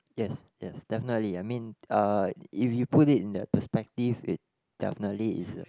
yes yes definitely I mean (uh)if you put it in that perspective it definitely is